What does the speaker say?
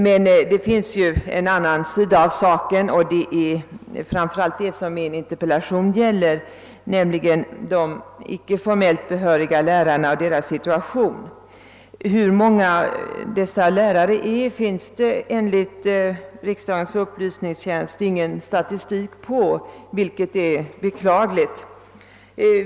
Men saken har också en annan sida, och det är framför allt den min interpellation gäller. Jag tänker på de icke behöriga lärarnas situation. Hur många dessa lärare är finns det enligt riksdagens upplysningstjänst ingen statistik på, vilket är beklagligt.